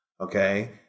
Okay